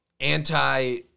anti